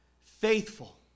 faithful